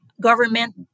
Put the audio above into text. government